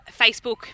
Facebook